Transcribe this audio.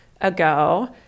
ago